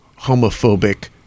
homophobic